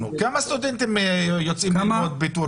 כמה סטודנטים יוצאים ללמוד בטורקיה?